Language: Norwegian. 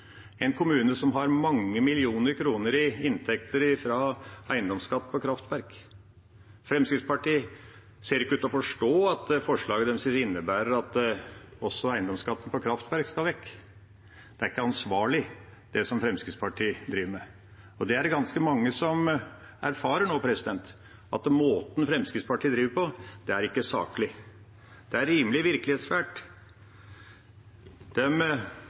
en kommune som har mange millioner kroner i inntekter fra eiendomsskatt på kraftverk. Fremskrittspartiet ser ikke ut til å forstå at forslaget deres innebærer at også eiendomsskatten på kraftverk skal vekk. Det er ikke ansvarlig, det Fremskrittspartiet driver med, og det er ganske mange som nå erfarer at måten Fremskrittspartiet driver på, ikke er saklig. Det er rimelig